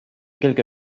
quelque